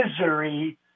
misery